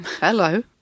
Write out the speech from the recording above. hello